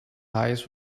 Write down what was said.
eyes